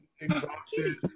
exhausted